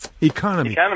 Economy